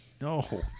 No